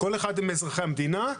כל אחד מאזרחי המדינה,